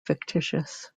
fictitious